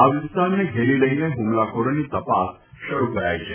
આ વિસ્તારને ઘેરી લઇને હુમલાખોરોની તપાસ શરૂ કરાઇ છે